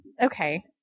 Okay